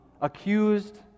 accused